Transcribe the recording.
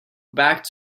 back